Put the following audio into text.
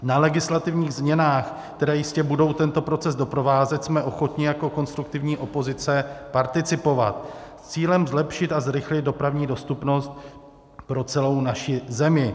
Na legislativních změnách, které jistě budou tento proces doprovázet, jsme ochotni jako konstruktivní opozice participovat s cílem zlepšit a zrychlit dopravní dostupnost pro celou naši zemi.